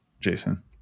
Jason